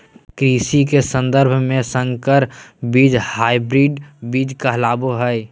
कृषि के सन्दर्भ में संकर बीज हायब्रिड बीज कहलाबो हइ